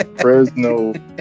Fresno